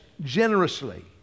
generously